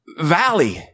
valley